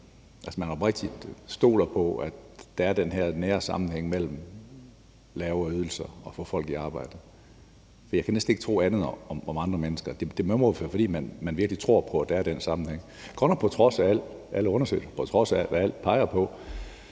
man oprigtigt stoler på, at der er den her nære sammenhæng mellem lavere ydelser og at få folk i arbejde. Jeg kan næsten ikke tro andet om andre mennesker. Det må jo være, fordi man virkelig tror på, at der er den sammenhæng. Det er godt nok på trods af alle undersøgelser, på trods af hvad alt peger på,